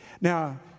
Now